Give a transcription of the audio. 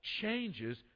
changes